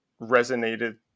resonated